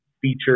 feature